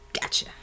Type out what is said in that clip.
Gotcha